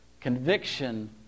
Conviction